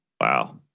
Wow